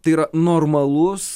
tai yra normalus